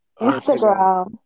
Instagram